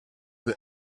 the